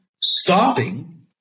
stopping